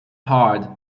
hard